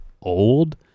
old